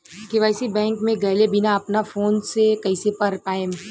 KYC bank मे गएले बिना अपना फोन से कइसे कर पाएम?